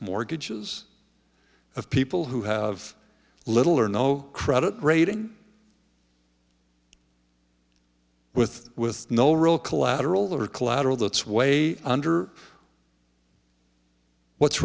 mortgages of people who have little or no credit rating with with no real collateral or collateral that's way under what's